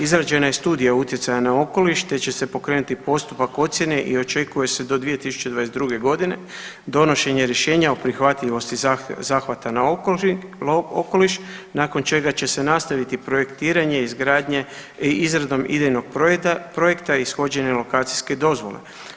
Izrađena je studija utjecaja na okoliš, te će se pokrenuti postupak ocijene i očekuje se do 2022.g. donošenje rješenja o prihvatljivosti zahvata na okoliš nakon čega će se nastaviti projektiranje izradom idejnom projekta i ishođenjem lokacijske dozvole.